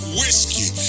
whiskey